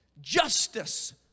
justice